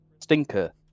Stinker